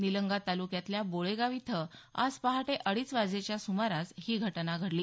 निलंगा तालुक्यातल्या बोळेगाव इथं आज पहाटे अडीच वाजेच्या सुमारास ही घटना घडली